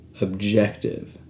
objective